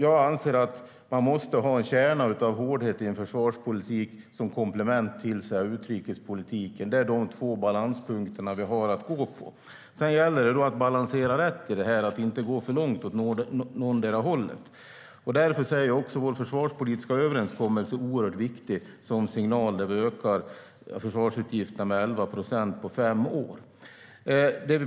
Jag anser att man måste ha en kärna av hårdhet i en försvarspolitik som komplement till utrikespolitiken. Det är de två balanspunkter som vi har. Sedan gäller det att hitta rätt balans, att inte gå för långt åt någotdera hållet. Vår försvarspolitiska överenskommelse är oerhört viktig som signal. Vi ökar försvarsutgifterna med 11 procent på fem år.